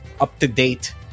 up-to-date